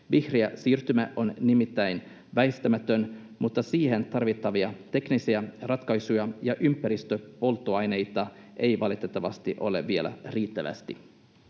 Vihreä siirtymä on nimittäin väistämätön, mutta siihen tarvittavia teknisiä ratkaisuja ja ympäristöpolttoaineita ei valitettavasti ole vielä riittävästi.